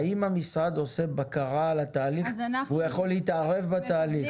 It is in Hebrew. האם המשרד עושה בקרה על התהליך והוא יכול להתערב בתהליך?